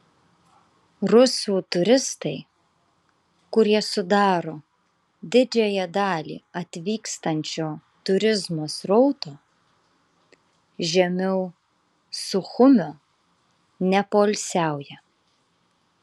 rusų turistai kurie sudaro didžiąją dalį atvykstančio turizmo srauto žemiau suchumio nepoilsiauja